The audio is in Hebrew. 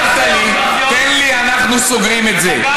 אמרת לי: תן לי, אנחנו סוגרים את זה.